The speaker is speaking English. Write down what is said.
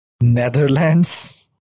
Netherlands